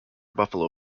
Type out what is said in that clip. buffalo